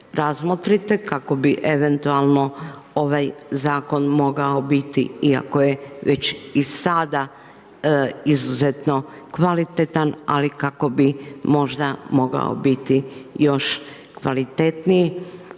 razmotrit kako bi eventualno ovaj zakon mogao biti iako je već i sada izuzetno kvalitetan, ali kako bi možda mogao biti još kvalitetniji